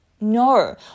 no